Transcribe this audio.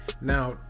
now